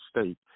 state